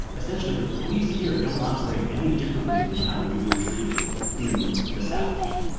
essentially the police here don't operate any differently than how we were treated in the south.